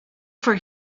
for